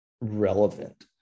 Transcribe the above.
relevant